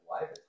life